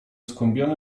skłębiony